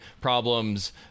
problems